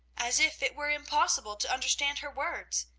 as if it were impossible to understand her words.